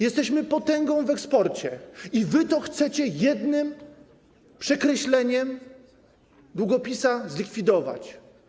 Jesteśmy potęgą w eksporcie i wy to chcecie jednym przekreśleniem długopisu zlikwidować.